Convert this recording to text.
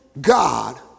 God